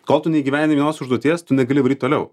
kol tu neįgyvendini vienos užduoties tu negali varyt toliau